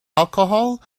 alcohol